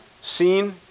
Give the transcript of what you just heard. seen